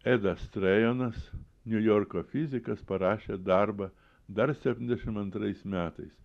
edas trėjonas niujorko fizikas parašė darbą dar septyniasdešimt antrais metais